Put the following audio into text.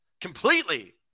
Completely